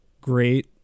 great